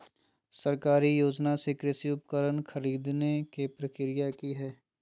सरकारी योगदान से कृषि उपकरण खरीदे के प्रक्रिया की हय?